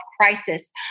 crisis